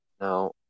Now